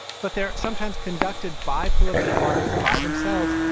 but they're sometimes conducted by political parties, by themselves,